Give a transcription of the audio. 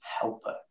helper